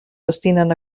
destinen